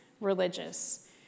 religious